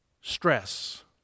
stress